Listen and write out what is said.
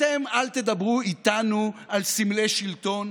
אתם, אל תדברו איתנו על סמלי שלטון.